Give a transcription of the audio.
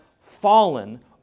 fallen